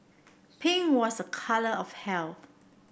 pink was a colour of health